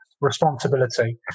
Responsibility